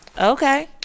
okay